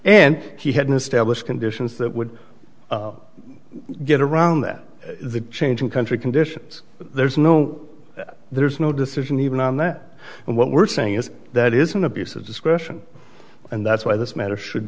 and he hadn't established conditions that would get around that the changing country conditions there's no there's no decision even on that and what we're saying is that is an abuse of discretion and that's why this matter should